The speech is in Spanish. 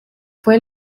fue